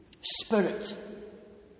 spirit